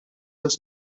els